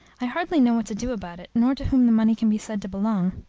i hardly know what to do about it, nor to whom the money can be said to belong.